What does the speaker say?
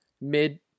mid